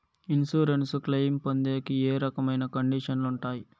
Insurance claim పొందేకి ఏ రకమైన కండిషన్లు ఉంటాయి?